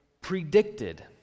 predicted